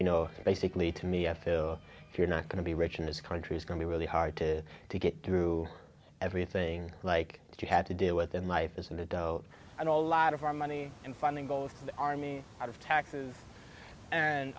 you know basically to me i feel if you're not going to be rich in this country is going to be really hard to to get through everything like you had to deal with in life as an adult and all a lot of our money and funding both are me out of taxes and